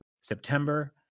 September